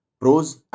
Pros &